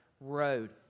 road